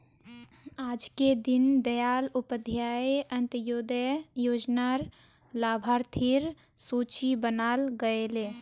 आजके दीन दयाल उपाध्याय अंत्योदय योजना र लाभार्थिर सूची बनाल गयेल